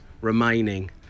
remaining